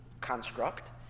Construct